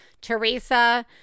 Teresa